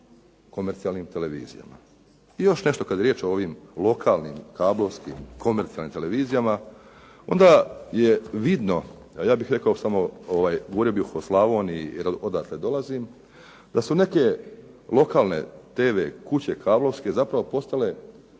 komercijalnim televizijama. I još nešto kad je riječ o ovim lokalnim, kablovskim, komercijalnim televizijama onda je vidno, a ja bih rekao još samo, govorio bih o Slavoniji odakle dolazim, da su neke lokalne tv kuće kablovske zapravo postale